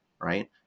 right